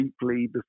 deeply